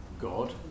God